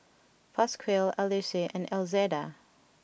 Pasquale Ulysses and Elzada